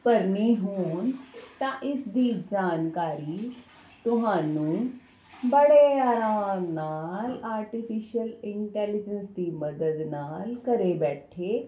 ਭਰਨੇ ਹੋਣ ਤਾਂ ਇਸਦੀ ਜਾਣਕਾਰੀ ਤੁਹਾਨੂੰ ਬੜੇ ਆਰਾਮ ਨਾਲ ਆਰਟੀਫਿਸ਼ਅਲ ਇੰਟੈਲੀਜੇਂਸ ਦੀ ਮਦਦ ਨਾਲ ਘਰ ਬੈਠੇ